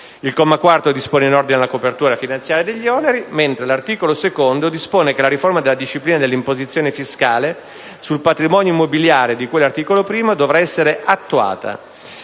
Il comma 4 dispone in ordine alla copertura finanziaria degli oneri. L'articolo 2 dispone che la riforma della disciplina dell'imposizione fiscale sul patrimonio immobiliare di cui all'articolo 1 dovrà essere attuata